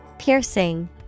piercing